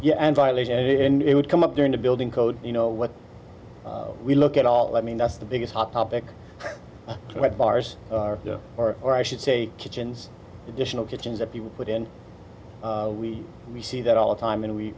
violation and it would come up during the building code you know what we look at all i mean that's the biggest topic right bars or or i should say kitchens additional kitchens that people put in we we see that all the time and we